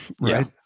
right